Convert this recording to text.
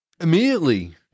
immediately